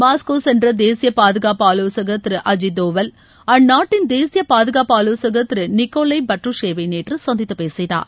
Moscow சென்ற தேசிய பாதுகாப்பு ஆலோசகர் திரு அஜித் தோவல் ரஷ்ய தேசிய பாதுகாப்பு ஆலோசகர் திரு நிக்கோல் பட்ருகேவ் வை நேற்று சந்தித்து பேசினார்